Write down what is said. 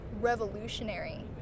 revolutionary